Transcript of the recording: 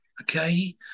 okay